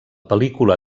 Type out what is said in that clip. pel·lícula